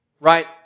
right